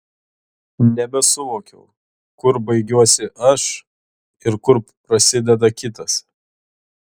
nebesuvokiau kur baigiuosi aš ir kur prasideda kitas